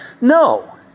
No